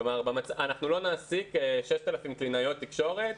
אנחנו לא נעסיק 6,000 קלינאיות תקשורת,